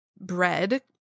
bread